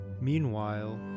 Meanwhile